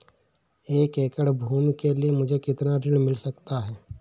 एक एकड़ भूमि के लिए मुझे कितना ऋण मिल सकता है?